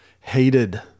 hated